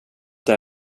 inte